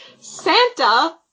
Santa